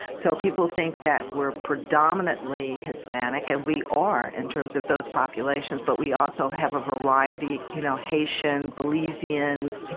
so people think that we're predominantly hispanic and we are, in terms of those populations, but we also have a variety, you know, haitian, belizeans,